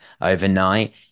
overnight